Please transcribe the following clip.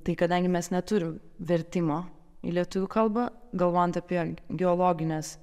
tai kadangi mes neturim vertimo į lietuvių kalbą galvojant apie geologines